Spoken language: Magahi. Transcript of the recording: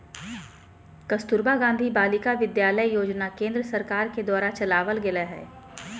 कस्तूरबा गांधी बालिका विद्यालय योजना केन्द्र सरकार के द्वारा चलावल गेलय हें